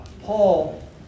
Paul